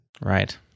Right